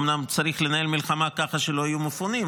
אומנם צריך לנהל מלחמה ככה שלא יהיו מפונים,